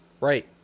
Right